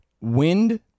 wind